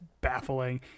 baffling